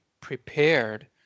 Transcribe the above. prepared